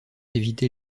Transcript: éviter